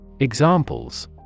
Examples